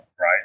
right